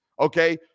okay